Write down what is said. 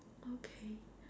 okay